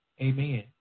Amen